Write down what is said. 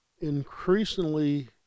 increasingly